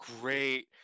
great